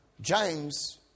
James